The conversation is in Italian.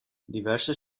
diverse